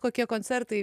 kokie koncertai